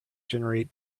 generate